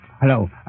hello